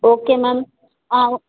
okay ma'am